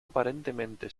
aparentemente